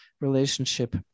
relationship